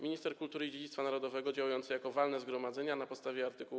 Minister kultury i dziedzictwa narodowego działający jako walne zgromadzenie na podstawie art.